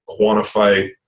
quantify